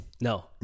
No